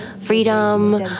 freedom